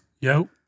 Yo